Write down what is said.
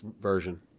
version